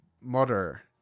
mother